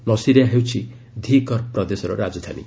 Nasiriyah ହେଉଛି Dhi Qar ପ୍ରଦେଶର ରାଜଧାନୀ